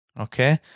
okay